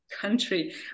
country